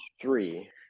three